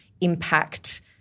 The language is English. impact